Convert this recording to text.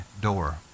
door